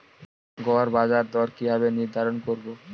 গড় বাজার দর কিভাবে নির্ধারণ করব?